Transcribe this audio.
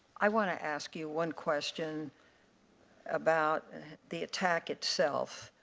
i want to ask you one question about the attack itself.